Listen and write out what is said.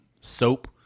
soap